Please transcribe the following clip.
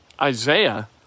Isaiah